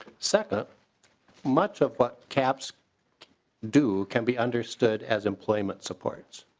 second much of what caps do can be understood as employment supports.